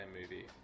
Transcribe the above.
movie